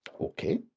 Okay